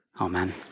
Amen